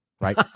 right